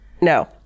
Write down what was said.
no